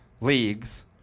leagues